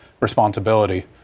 responsibility